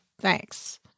Thanks